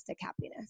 happiness